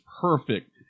perfect